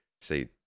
say